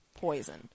poison